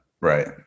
right